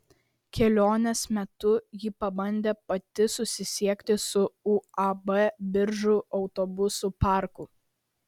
kelionės metu ji pabandė pati susisiekti su uab biržų autobusų parku